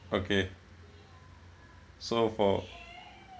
okay so for